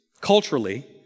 Culturally